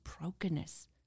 brokenness